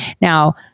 Now